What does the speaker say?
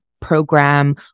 program